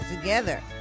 together